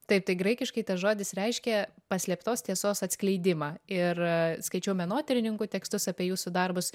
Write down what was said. taip tai graikiškai tas žodis reiškia paslėptos tiesos atskleidimą ir skaičiau menotyrininkų tekstus apie jūsų darbus